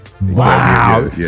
Wow